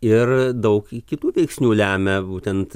ir daug kitų veiksnių lemia būtent